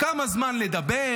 כמה זמן לדבר,